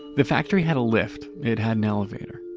the factory had a lift it had an elevator.